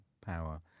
power